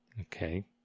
Okay